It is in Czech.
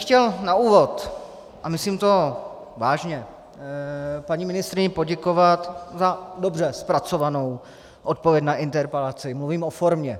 Chtěl bych na úvod, a myslím to vážně, paní ministryni poděkovat za dobře zpracovanou odpověď na interpelaci, mluvím o formě.